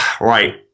Right